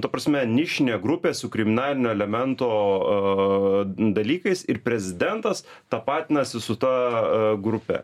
ta prasme nišinė grupė su kriminalinio elemento a dalykais prezidentas tapatinasi su ta grupe